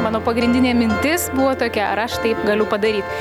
mano pagrindinė mintis buvo tokia ar aš tai galiu padaryt